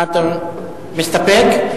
אתה מסתפק?